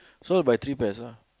so I buy three pairs ah